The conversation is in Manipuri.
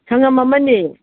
ꯁꯪꯒꯝ ꯑꯃꯅꯦ